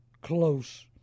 close